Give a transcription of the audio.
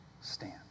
stand